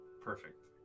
Perfect